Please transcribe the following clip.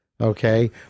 okay